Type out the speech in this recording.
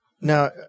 Now